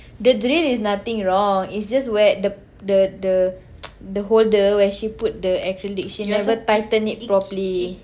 the drill is nothing wrong it's just where the the the the holder where she put the acrylic she never tighten it properly